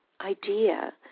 idea